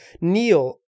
Neil